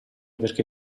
perché